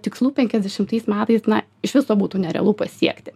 tikslų penkiasdešimtais metais na iš viso būtų nerealu pasiekti